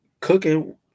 cooking